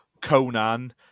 Conan